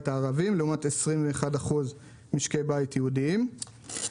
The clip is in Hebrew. הערביים לעומת 21% מקרב משקי הבית היהודיים.